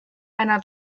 einer